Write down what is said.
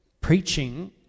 Preaching